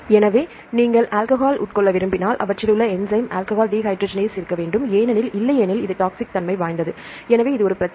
எனவே நீங்கள் ஆல்கஹால் உட்கொள்ள விரும்பினால் அவற்றில் இந்த என்சைம் ஆல்கஹால் டீஹைட்ரஜனேஸ் இருக்க வேண்டும் ஏனெனில் இல்லையெனில் இது டாக்ஸிக் தன்மை வாய்ந்தது எனவே இது ஒரு பிரச்சனை